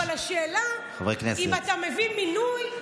אבל השאלה: אם אתה מביא מינוי,